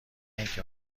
اینکه